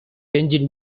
engine